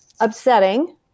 upsetting